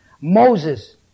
Moses